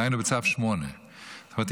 דהיינו בצו 8. זאת אומרת,